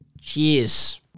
Cheers